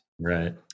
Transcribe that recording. Right